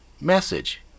message